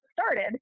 started